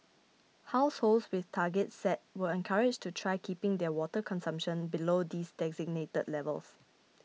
households with targets set were encouraged to try keeping their water consumption below these designated levels